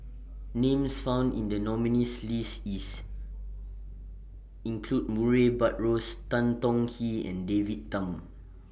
Names found in The nominees' list IS include Murray Buttrose Tan Tong Hye and David Tham